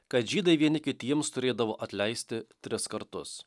kad žydai vieni kitiems turėdavo atleisti tris kartus